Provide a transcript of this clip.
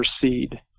proceed